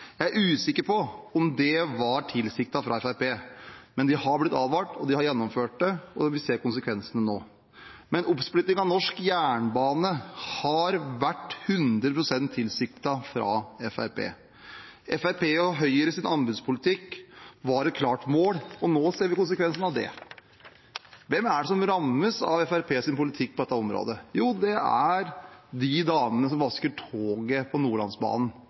Jeg er usikker på om det var tilsiktet fra Fremskrittspartiets side, men de har blitt advart, de har gjennomført det, og vi ser nå konsekvensene. Oppsplittingen av norsk jernbane har vært 100 pst. tilsiktet fra Fremskrittspartiets side. Fremskrittspartiet og Høyres anbudspolitikk var et klart mål, og nå ser vi konsekvensene av det. Hvem er det som rammes av Fremskrittspartiets politikk på dette området? Jo, det er de damene som vasker toget på Nordlandsbanen,